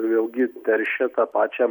vėlgi teršia tą pačią